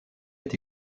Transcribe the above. est